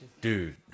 Dude